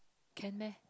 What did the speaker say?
can meh